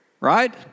Right